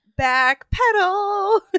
Backpedal